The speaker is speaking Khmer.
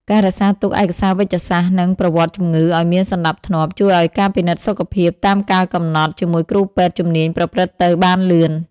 ការរក្សាទុកឯកសារវេជ្ជសាស្ត្រ និងប្រវត្តិជំងឺឱ្យមានសណ្តាប់ធ្នាប់ ជួយឱ្យការពិនិត្យសុខភាពតាមកាលកំណត់ជាមួយគ្រូពេទ្យជំនាញប្រព្រឹត្តទៅបានលឿន។